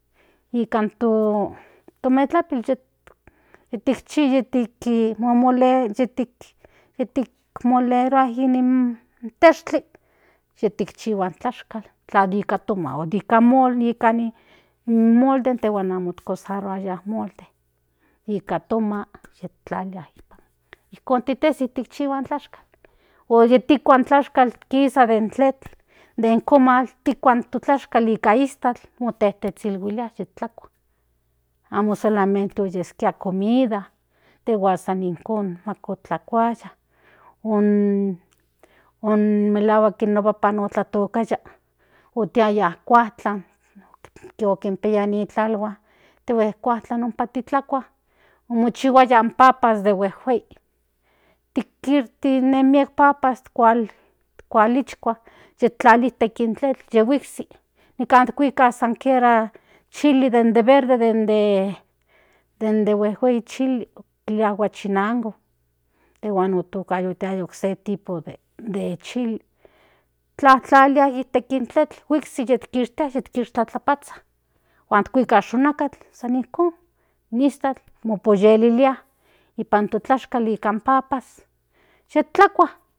Ikan to metlakuil yet yitik chi yitik molerua in tezkli yitikchihua in tlashkal in tla ika to oma nika in molde intejuan amo utlizaruaya molde nika toma yiktlalia ijkon titezi yitikchihua in tlashkal o yitikua in tlashkal kisa den tletl den komal tikua in to tlashkal ika iztakl motezhihuilia yitlakua amo solamente oyeskia comida tejuan san nijko otlakuaya on melahuak in no papan otlatokaya otiaya in kujtlan nijki okinpiaya miek salhuan tiahue in kuajtlaan ompa titlakua omochihuaya papas de huejuei tik nen miek papas kualichta yiktlali nipan in tetl yihuiksik nikan kuika kiera chili den de verde den de huejuei chile kilia huachinango tejuan otlakayotiaya okse tipo de techili tlaktlalilian nipa in tletl seki kikishtia tlatlapzha huan kuika xonakatl san nijkon tlalilia nipan to tlashakal nikan papas yektlakua.